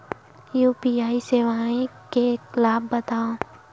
UPI सेवाएं के लाभ बतावव?